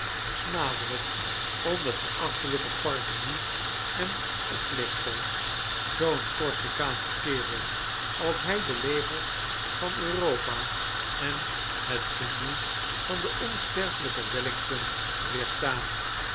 smadelijk om den verachtelijken parvenu en oplichter zoo'n corsikaansche kerel als hij de legers van europa en het genie van den onsterfelijken wellington